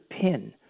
PIN